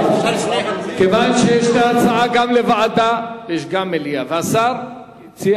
כיוון שיש הצעה גם לוועדה וגם למליאה והשר הציע